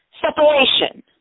separation